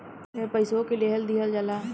एईमे पइसवो के लेहल दीहल होला